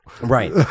right